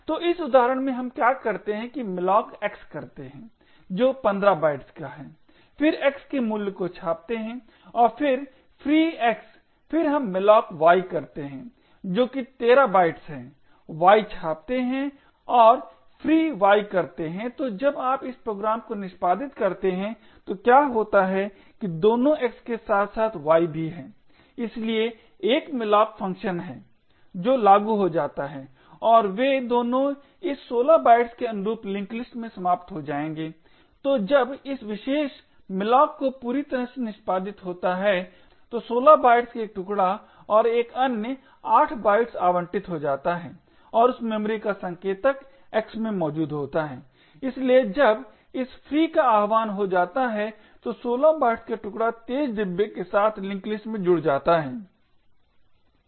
तो इस उदाहरण में हम क्या करते हैं हम malloc x करते है जो 15 बाइट्स का है फिर x के मूल्य को छापते हैं और फिर free x फिर हम malloc y करते है जो कि 13 बाइट्स है y छापते है और free y करते है तो जब आप इस प्रोग्राम को निष्पादित करते हैं तो क्या होता है कि दोनों x के साथ साथ y भी है इसलिए एक malloc फ़ंक्शन है जो लागू हो जाता है और वे दोनों इस 16 बाइट्स के अनुरूप लिंक लिस्ट में समाप्त हो जाएंगे तो जब इस विशेष malloc को पूरी तरह से निष्पादित होता है तो 16 बाइट्स का एक टुकड़ा और एक अन्य 8 बाइट्स आवंटित हो जाता है और उस मेमोरी का संकेतक x में मौजूद होता है इसलिए जब इस free का आह्वान हो जाता है तो 16 बाइट्स का टुकड़ा तेज डिब्बे के साथ लिंक लिस्ट में जुड़ जाता है